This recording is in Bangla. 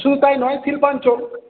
শুধু তাই নয় শিল্পাঞ্চল